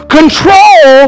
control